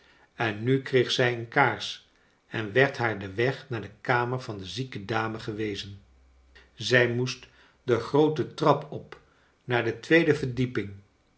en nu kreeg zij een kaars en werd haar den weg naar de kamer van de zieke dame gewezen zij moest de groote trap op naar de tweede verdieping